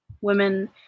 Women